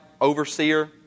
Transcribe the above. overseer